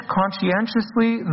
conscientiously